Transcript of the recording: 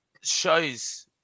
Shows